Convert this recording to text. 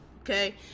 okay